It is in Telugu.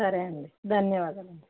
సరే అండి ధన్యవాదములు